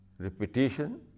Repetition